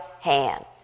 hand